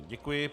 Děkuji.